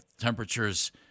Temperatures